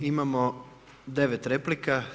Imamo 9 replika.